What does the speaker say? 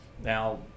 Now